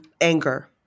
anger